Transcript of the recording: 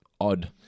odd